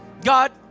god